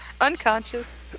Unconscious